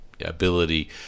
ability